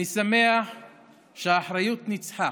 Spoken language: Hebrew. אני שמח שהאחריות ניצחה,